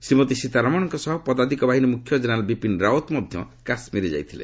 ଶ୍ରୀମତୀ ସୀତାରମଣଙ୍କ ସହ ପଦାତିକ ବାହିନୀ ମୁଖ୍ୟ ଜେନେରାଲ୍ ବିପିନ୍ ରାଓ୍ୱତ୍ ମଧ୍ୟ କାଶ୍ମୀର ଯାଇଥିଲେ